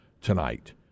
tonight